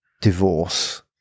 divorce